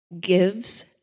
gives